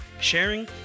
sharing